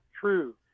true